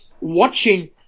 watching –